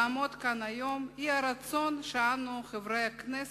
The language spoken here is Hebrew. לעמוד כאן היום, היא הרצון שאנו, חברי הכנסת,